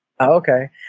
Okay